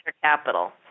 capital